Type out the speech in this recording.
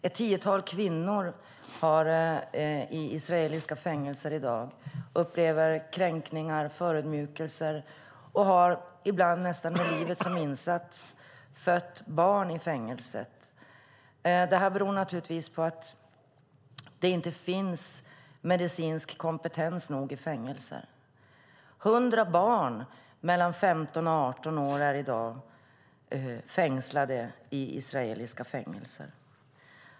Ett tiotal kvinnor i israeliska fängelser upplever i dag kränkningar och förödmjukelser och har ibland nästan med livet som insats fött barn i fängelset. Det beror naturligtvis på att det inte finns tillräcklig medicinsk kompetens i fängelset. I dag är 100 barn mellan 15 och 18 år fängslade i israeliska fängelser.